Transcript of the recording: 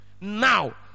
now